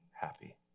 happy